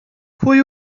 pwy